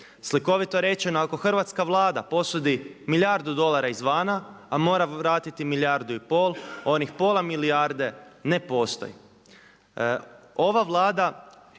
Slikovito rečeno, ako hrvatska Vlada posudi milijardu dolara izvana, a mora vratiti milijardu i pol onih pola milijarde ne postoji. Ova Vlada